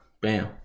Bam